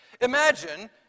Imagine